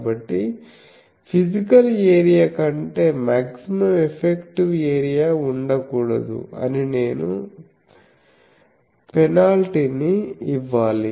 కాబట్టి physical area కంటే maximum effective area ఉండకూడదు అని నేను పెనాల్టీని ఇవ్వాలి